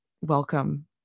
welcome